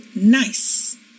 Nice